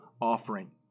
offering